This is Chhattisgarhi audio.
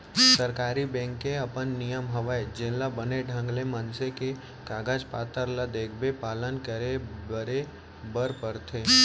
सरकारी बेंक के अपन नियम हवय जेला बने ढंग ले मनसे के कागज पातर ल देखके पालन करे बरे बर परथे